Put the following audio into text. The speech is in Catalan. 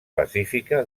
pacífica